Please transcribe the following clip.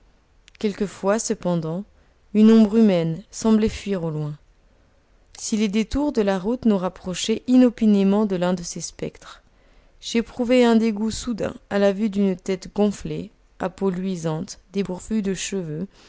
quelquefois cependant une ombre humaine semblait fuir au loin si les détours de la route nous rapprochaient inopinément de l'un de ces spectres j'éprouvais un dégoût soudain à la vue d'une tête gonflée à peau luisante dépourvue de cheveux